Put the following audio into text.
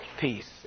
peace